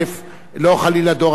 לא חלילה דור המדבר,